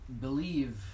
believe